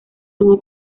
tuvo